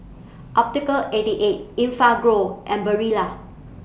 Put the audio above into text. Optical eighty eight Enfagrow and Barilla